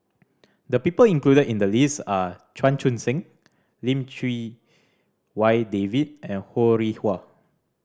the people included in the list are Chan Chun Sing Lim Chee Wai David and Ho Rih Hwa